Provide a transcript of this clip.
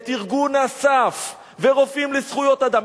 את ארגון אס"ף ו"רופאים לזכויות אדם",